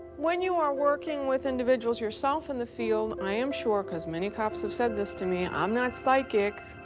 when you are working with individuals yourself in the field, i am sure, because many cops have said this to me, i'm not psychic.